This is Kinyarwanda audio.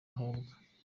ahabwa